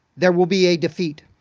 there will be a defeat.